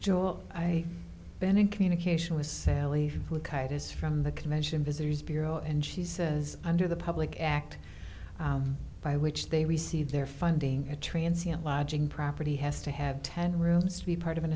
joel i been in communication with sally who it is from the convention visitors bureau and she says under the public act by which they receive their funding a transplant lodging property has to have ten rooms to be part of an